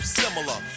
similar